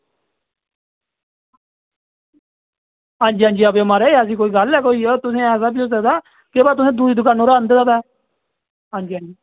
हां जी हां जी आवेओ महाराज ऐसी कोई गल्ल ऐ तुसें ऐसा बी होई सकदा केह् पता तुसें दुई दकाना उप्परा आंदे दा होऐ हां जी हां जी